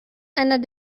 einer